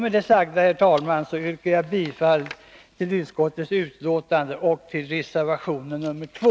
Med det sagda, herr talman, yrkar jag bifall till utskottets hemställan och reservation 2.